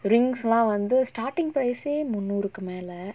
rings lah வந்து:vanthu starting price யே முன்னூறுக்கு மேல:yae munnoorukku mela